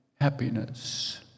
happiness